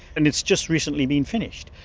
and it's just recently been finished.